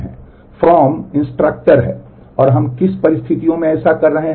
from है और हम किन परिस्थितियों में ऐसा कर रहे हैं